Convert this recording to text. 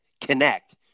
connect